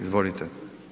Izvolite.